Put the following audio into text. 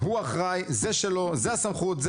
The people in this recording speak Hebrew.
הוא אחראי, זה שלו, זו הסמכות.